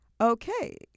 Okay